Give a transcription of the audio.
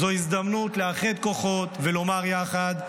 זוהי הזדמנות לאחד כוחות ולומר יחד: